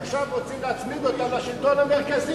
עכשיו רוצים להצמיד אותן לשלטון המרכזי,